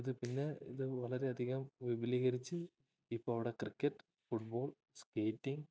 ഇത് പിന്നെ ഇത് വളരെയധികം വിപുലീകരിച്ച് ഇപ്പോള് അവിടെ ക്രിക്കറ്റ് ഫുട് ബോൾ സ്കേറ്റിംഗ്